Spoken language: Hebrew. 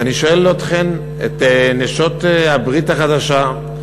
ואני שואל אתכן, נשות הברית החדשה,